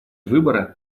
выбора